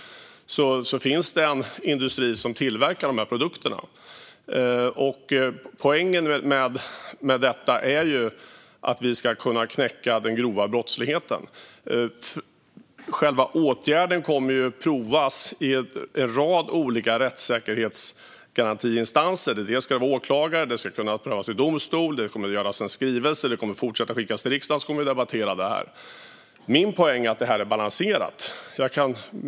Det finns en industri som tillverkar dessa produkter. Poängen med detta är att vi ska kunna knäcka den grova brottsligheten. Själva åtgärden kommer att prövas i en rad olika rättssäkerhetsgarantiinstanser. Det ska vara åklagare. Det ska kunna prövas i domstol. Det kommer att göras en skrivelse. Detta kommer att fortsätta att skickas till riksdagen, och vi kommer att debattera det här. Min poäng är att det är balanserat.